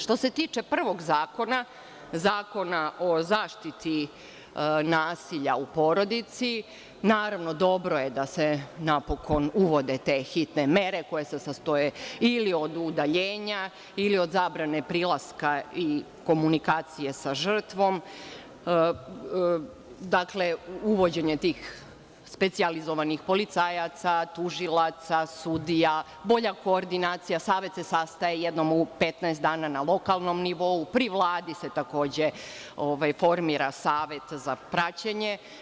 Što se tiče prvog zakona, Zakona o zaštiti nasilja u porodici, naravno, dobro je da se napokon uvode te hitne mere koje se sastoje ili od udaljenja ili od zabrane prilaska i komunikacije sa žrtvom, uvođenje tih specijalizovanih policajaca, tužilaca, sudija, bolja koordinacija, savet se sastaje jednom u 15 dana na lokalnom nivou, pri Vladi se takođe formira savet za praćenje.